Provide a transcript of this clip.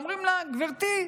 אומרים לה: גברתי,